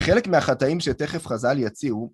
חלק מהחטאים שתכף חז"ל יציעו